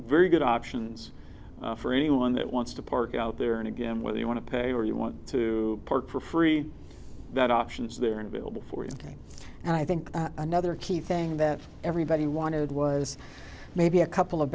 very good options for anyone that wants to park out there and again whether you want to pay or you want to park for free that option is there and will before you and i think another key thing that everybody wanted was maybe a couple of